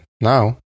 now